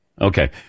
Okay